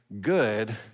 good